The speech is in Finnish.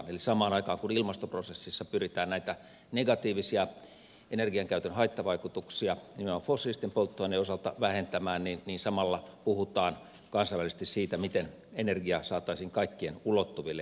eli samaan aikaan kun ilmastoprosessissa pyritään näitä negatiivisia energiankäytön haittavaikutuksia nimenomaan fossiilisten polttoaineiden osalta vähentämään puhutaan kansainvälisesti siitä miten energiaa saataisiin kaikkien ulottuville